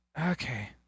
Okay